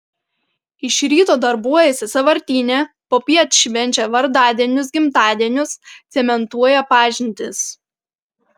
iš ryto darbuojasi sąvartyne popiet švenčia vardadienius gimtadienius cementuoja pažintis